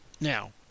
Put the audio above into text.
Now